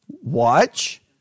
Watch